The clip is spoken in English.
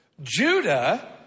Judah